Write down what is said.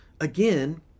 again